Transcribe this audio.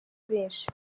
benshi